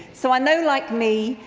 so i know, like me,